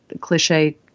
cliche